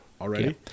already